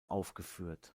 aufgeführt